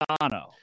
Dono